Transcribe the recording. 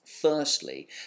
Firstly